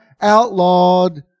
outlawed